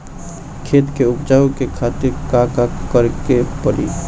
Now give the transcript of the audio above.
खेत के उपजाऊ के खातीर का का करेके परी?